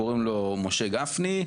קוראים לו משה גפני.